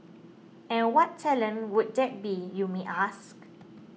and what talent would that be you may ask